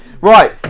Right